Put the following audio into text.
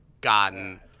Gotten